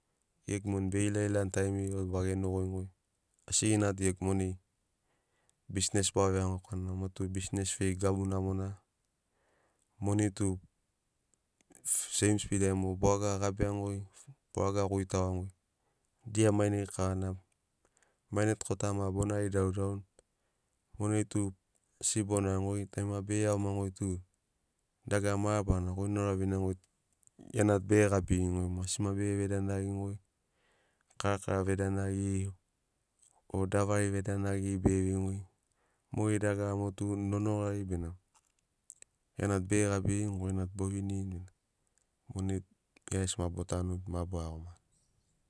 Ḡegu moni beilailani taimiriai vau baḡenogoinigoi. asiḡina tu ḡegu moni bisnes baveiani korana mo tu bisnes vei gabu namona moni tu se- seim spid ai mo boraga gabianḡoi boraga ḡoitaḡoaniḡoi, dia mainai kavana. Mai nai tu kota ma bonari daudaun monai tu sibona moḡeri tarima beḡe- iaḡomaniḡoi tu dagara mabarana ḡoi na uravinianiḡoi ḡia na tu beḡe-ḡabiriniḡoi mo asi ma beḡe- vedanaḡiniḡoi. Kara kara vedanaḡiri o davari vedanaḡiri beḡe- veiniḡoi moḡeri dagara mo tu nonoḡari bena ḡia na tu beḡe-ḡabirini ḡoina tu bovinirini monai ḡia ḡesi ma botanuni ma boiaḡomani.